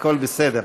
הכול בסדר.